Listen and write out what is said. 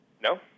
No